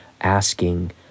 asking